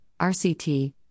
RCT